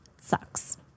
sucks